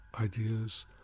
Ideas